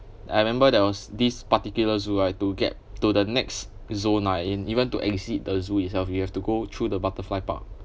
I remember there was this particular zoo right to get to the next zone nah in even to exit the zoo itself you have to go through the butterfly park